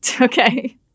Okay